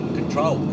control